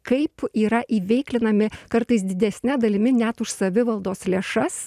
kaip yra įveiklinami kartais didesne dalimi net už savivaldos lėšas